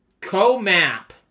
co-map